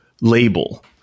label